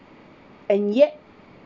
and yet